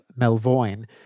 Melvoin